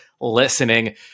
listening